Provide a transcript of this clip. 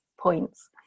Points